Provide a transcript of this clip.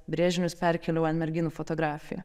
brėžinius perkėliau ant merginų fotografijų